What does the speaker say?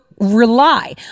rely